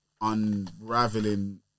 unraveling